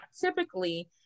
typically